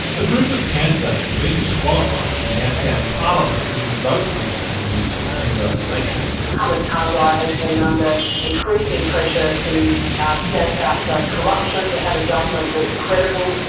a group of candidates have been disqualified from the afghan parliament because of vote rigging in the september election. hamid karzai has been under increasing pressure to ah stamp out so corruption, to have a government that's credible,